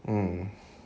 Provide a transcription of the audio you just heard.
mm